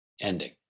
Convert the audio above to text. ending